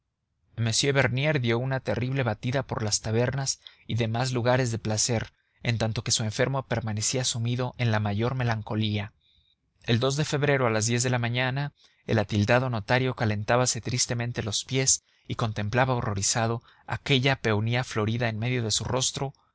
m bernier dio una terrible batida por las tabernas y demás lugares de placer en tanto que su enfermo permanecía sumido en la mayor melancolía el de febrero a las diez de la mañana el atildado notario calentábase tristemente los pies y contemplaba horrorizado aquella peonía florida en medio de su rostro